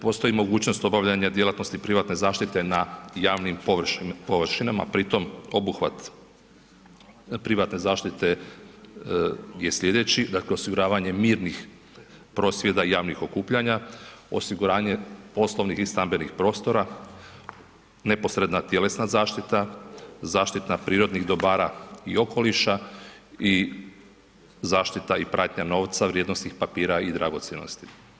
Postoji mogućnost obavljanja djelatnosti privatne zaštite na javnim površinama, pritom obuhvat privatne zaštite je sljedeći, dakle, osiguravanje mirnih prosvjeda i javnih okupljanja, osiguranje poslovnih i stambenih prostora, neposredna tjelesna zaštita, zaštita prirodnih dobara i okoliša i zaštita i pratnja novca, vrijednosnih papira i dragocjenosti.